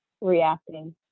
reacting